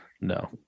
No